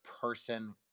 person